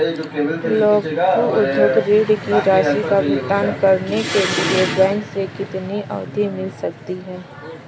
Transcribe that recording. लघु उद्योग ऋण की राशि का भुगतान करने के लिए बैंक से कितनी अवधि मिल सकती है?